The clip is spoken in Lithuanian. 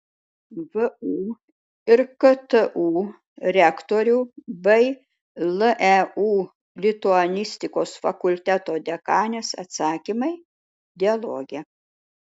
vu ir ktu rektorių bei leu lituanistikos fakulteto dekanės atsakymai dialoge